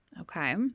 Okay